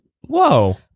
Whoa